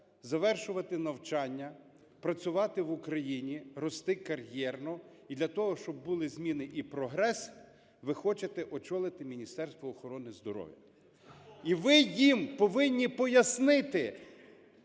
завершувати навчання, працювати в Україні, рости кар'єрно. І для того, щоб були зміни і прогрес, ви хочете очолити Міністерство охорони здоров'я. І ви їм повинні пояснити: